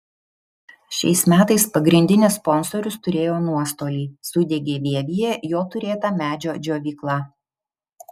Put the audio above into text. šiais metais pagrindinis sponsorius turėjo nuostolį sudegė vievyje jo turėta medžio džiovykla